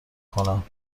کنم